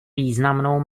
významnou